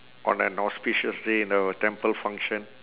on an auspicious day in a temple function